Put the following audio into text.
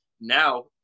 Now